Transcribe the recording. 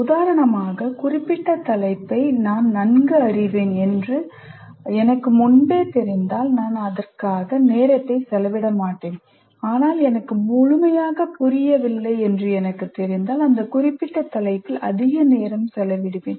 உதாரணமாக குறிப்பிட்ட தலைப்பை நான் நன்கு அறிவேன் என்று எனக்கு முன்பே தெரிந்தால் நான் அதற்காக நேரத்தை செலவிட மாட்டேன் ஆனால் எனக்கு முழுமையாகப் புரியவில்லை என்று எனக்குத் தெரிந்தால் அந்த குறிப்பிட்ட தலைப்பில் அதிக நேரம் செலவிடுவேன்